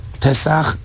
Pesach